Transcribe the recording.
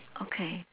okay